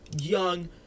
young